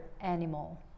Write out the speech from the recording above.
animal